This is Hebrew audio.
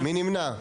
מי נמנע?